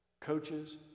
Coaches